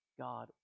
God